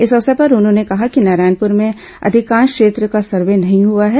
इस अवसर पर उन्होंने कहा कि नारायणपुर के अधिकांश क्षेत्र का सर्वे नहीं हुआ है